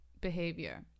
behavior